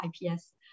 IPS